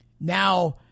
Now